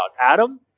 Adam